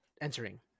entering